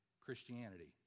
Christianity